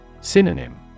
Synonym